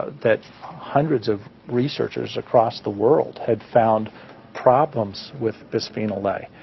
that hundreds of researchers across the world had found problems with bisphenol a.